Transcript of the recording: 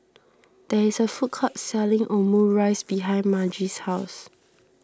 there is a food court selling Omurice behind Margy's house